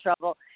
trouble